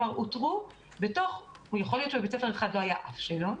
יכול להיות שבבית ספר אחד לא היה אף שאלון,